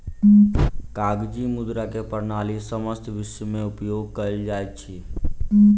कागजी मुद्रा के प्रणाली समस्त विश्व में उपयोग कयल जाइत अछि